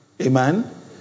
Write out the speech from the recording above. Amen